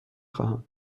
خواهم